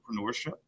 entrepreneurship